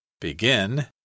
begin